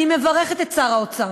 אני מברכת את שר האוצר.